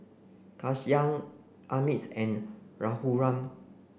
Ghanshyam Amit and Raghuram